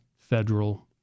federal